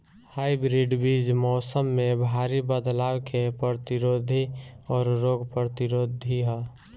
hybrid बीज मौसम में भारी बदलाव के प्रतिरोधी और रोग प्रतिरोधी ह